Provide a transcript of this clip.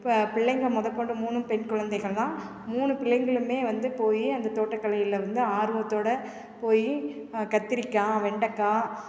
ப பிள்ளைங்க மொதல் கொண்டு மூணும் பெண் குழந்தைகள் தான் மூணு பிள்ளைங்களுமே வந்து போய் அந்தத் தோட்டக்கலையில் வந்து ஆர்வத்தோடு போய் கத்திரிக்காய் வெண்டைக்காய்